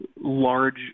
large